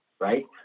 right